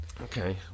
Okay